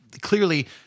clearly